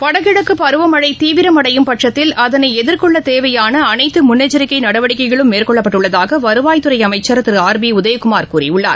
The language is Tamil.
வடகிழக்கு பருவமழை தீவிரமடையும் பட்சத்தில் அதனை எதிர்கொள்ள தேவையான அனைத்து முன்னெச்சரிக்கை நடவடிக்கைகளும் மேற்கொள்ளப்பட்டிருப்பதாக வருவாய்த்துறை அமைச்சர் திரு ஆர் பி உதயகுமார் கூறியுள்ளார்